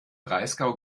breisgau